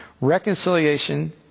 reconciliation